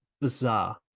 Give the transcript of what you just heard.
bizarre